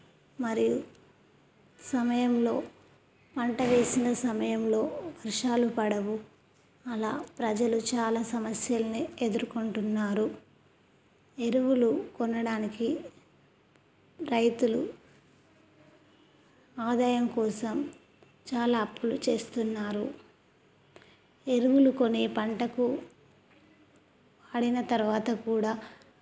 మరియు సమయంలో పంట వేసిన సమయంలో వర్షాలు పడవు అలా ప్రజలు చాలా సమస్యల్ని ఎదుర్కొంటున్నారు ఎరువులు కొనడానికి రైతులు ఆదాయం కోసం చాలా అప్పులు చేస్తున్నారు ఎరువులు కొని పంటకు వాడిన తరువాత కూడా